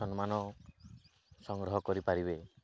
ସମ୍ମାନ ସଂଗ୍ରହ କରିପାରିବେ